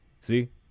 See